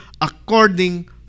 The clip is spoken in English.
according